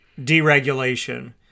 deregulation